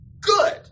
good